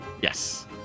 Yes